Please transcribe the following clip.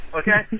okay